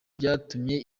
byatumye